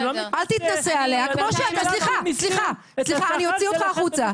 אני לא מתנשא --- אני אוציא אותך החוצה,